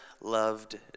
loved